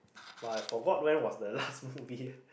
but I forgot when was the last movie